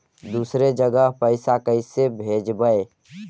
दुसरे जगह पैसा कैसे भेजबै?